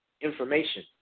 information